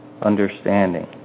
understanding